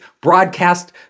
broadcast